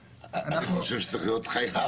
אני חושב שצריך להיות חייב.